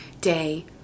day